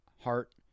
heart